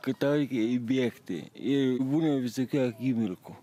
kad tau reikia įbėgti i būna visokių akimirkų